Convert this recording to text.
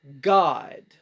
God